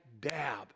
dab